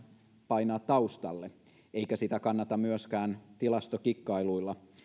painaa taustalle eikä sitä kannata myöskään tilastokikkailuilla